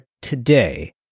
today